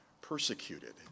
persecuted